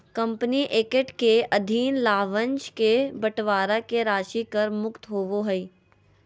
company act के अधीन लाभांश के बंटवारा के राशि कर मुक्त होबो हइ